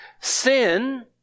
sin